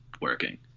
working